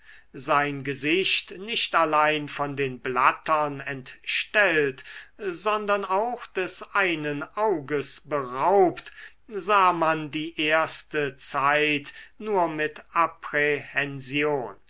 sein gesicht nicht allein von den blattern entstellt sondern auch des einen auges beraubt sah man die erste zeit nur mit